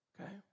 okay